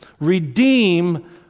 Redeem